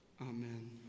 Amen